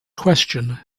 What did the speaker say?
question